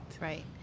Right